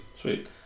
sweet